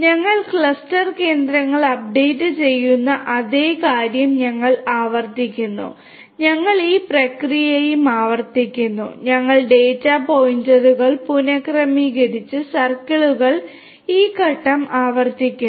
ഞങ്ങൾ ക്ലസ്റ്റർ കേന്ദ്രങ്ങൾ അപ്ഡേറ്റ് ചെയ്യുന്ന അതേ കാര്യം ഞങ്ങൾ ആവർത്തിക്കുന്നു ഞങ്ങൾ ഈ പ്രക്രിയയും ആവർത്തിക്കുന്നു ഞങ്ങൾ ഡാറ്റ പോയിന്റുകൾ പുനക്രമീകരിച്ച് സർക്കിളുകളിൽ ഈ ഘട്ടം ആവർത്തിക്കുന്നു